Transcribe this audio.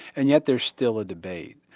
and yet there's still a debate.